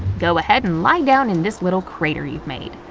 go ahead and lie down in this little crater you've made.